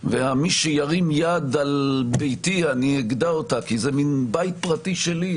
וה"מי שירים יד על ביתי אני אקטע אותה כי זה מין בית פרטי שלי,